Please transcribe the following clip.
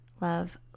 love